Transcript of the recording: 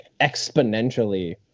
exponentially